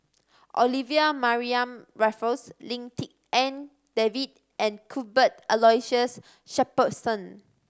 Olivia Mariamne Raffles Lim Tik En David and Cuthbert Aloysius Shepherdson